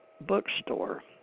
bookstore